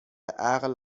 عقل